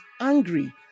angry